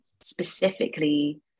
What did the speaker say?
specifically